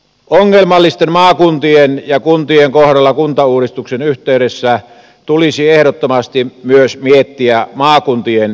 ongelmallisten maakuntien ja kuntien kohdalla kuntauudistuksen yhteydessä tulisi ehdottomasti myös miettiä maakuntien vetovoimaisuutta